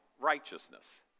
righteousness